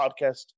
podcast